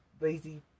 lazy